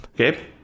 Okay